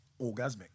orgasmic